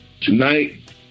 tonight